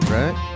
right